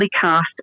cast